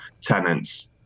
tenants